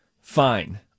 Fine